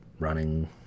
Running